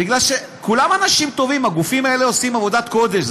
כולם אנשים טובים: הגופים האלה עושים עבודת קודש,